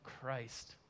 Christ